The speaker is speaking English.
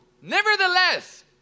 Nevertheless